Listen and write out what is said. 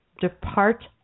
depart